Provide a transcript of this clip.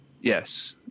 Yes